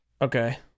Okay